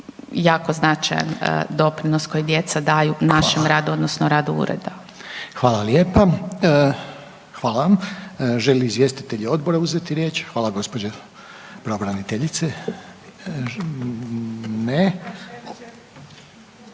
jako značajan doprinos koji djeca daju našem radu odnosno radu Ureda. **Reiner, Željko (HDZ)** Hvala. Hvala lijepa. Hvala. Želi li izvjestitelji odbora uzeti riječ? Hvala gđo. pravobraniteljice. Ne.